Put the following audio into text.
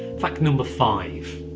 fact number five.